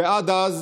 ועד אז,